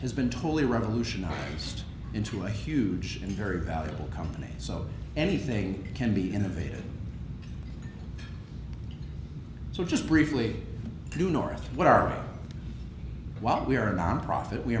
has been totally revolutionized into a huge and very valuable company so anything can be innovative so just briefly to north what are what we are nonprofit we